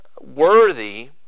worthy